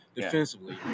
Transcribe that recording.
defensively